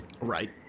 Right